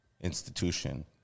institution